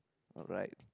all right